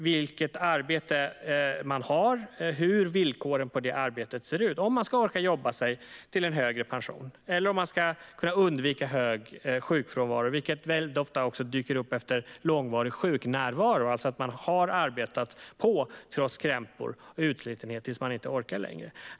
Vilket arbete man har och hur villkoren på det arbetet ser ut spelar stor roll för om man ska orka jobba sig till en högre pension eller kunna undvika hög sjukfrånvaro. Det senare dyker ofta dyker upp efter långvarig sjuknärvaro, alltså att man arbetar på trots krämpor och utslitenhet tills man inte orkar längre.